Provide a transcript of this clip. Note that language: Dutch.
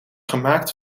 gemaakt